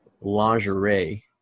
lingerie